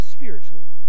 spiritually